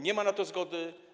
Nie ma na to zgody.